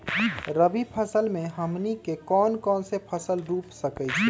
रबी फसल में हमनी के कौन कौन से फसल रूप सकैछि?